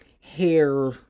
hair